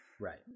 right